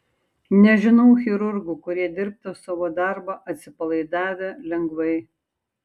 nežinau chirurgų kurie dirbtų savo darbą atsipalaidavę lengvai